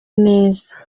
neza